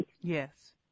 Yes